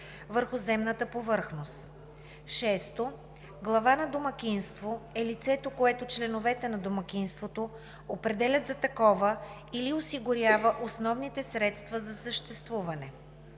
върху земната повърхност. 6. „Глава на домакинство“ е лицето, което членовете на домакинството определят за такова или осигурява основните средства за съществуване.